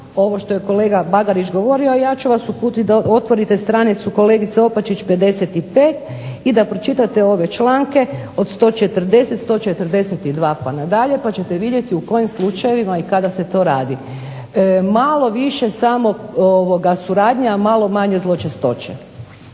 ovo što je kolega Bagarić rekao. Ja ću vas uputit da otvorite stranicu kolegice Opačić 55 i da pročitate ove članke od 140., 142. pa nadalje pa ćete vidjeti u kojim slučajevima i kada se to radi. Malo više samo suradnje, a malo manje zločestoće.